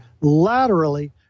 laterally